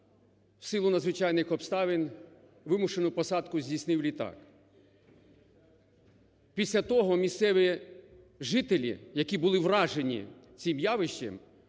в силу надзвичайних обставин вимушену посадку здійснив літак. Після того місцеві жителі, які були вражені цим явищем